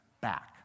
back